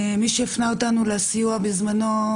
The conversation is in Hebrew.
מי שהפנה אותנו לסיוע בזמנו,